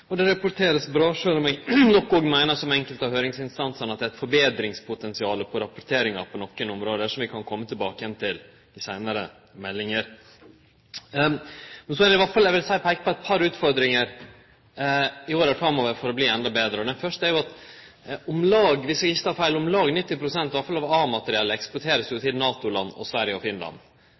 og det vert rapportert bra, sjølv om eg nok meiner, som enkelte av høyringsinstansane, at det er betringspotensial på rapporteringa på nokre område, som vi kan kome tilbake igjen til ved seinare meldingar. Eg vil peike på eit par utfordringar i åra framover for at vi skal bli endå betre. Det første gjeld at om lag 90 pst. – dersom eg ikkje tek feil – av A-materiellet blir eksportert til NATO-land og Sverige og Finland.